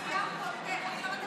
אבל זה חוק התכנון והבנייה.